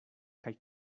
kaj